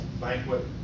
banquet